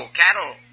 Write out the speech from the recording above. cattle